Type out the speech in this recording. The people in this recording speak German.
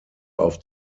auf